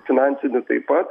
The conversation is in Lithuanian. finansinį taip pat